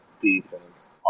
Defense